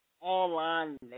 Online